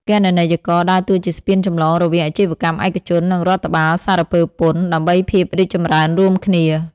គណនេយ្យករដើរតួជាស្ពានចម្លងរវាងអាជីវកម្មឯកជន និងរដ្ឋបាលសារពើពន្ធ ដើម្បីភាពរីកចម្រើនរួមគ្នា។